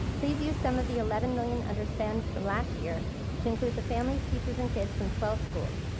please use some of the eleven million under spend from last year to include the families, teachers and kids from twelve schools,